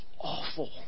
awful